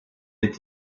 est